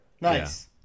Nice